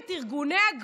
אל